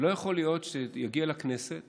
לא יכול להיות שיגיעו לכנסת